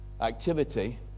Activity